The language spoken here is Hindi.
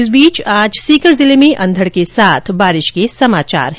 इस बीच आज सीकर जिले में अंधड़ के साथ बारिश के समाचार है